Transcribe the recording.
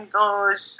goes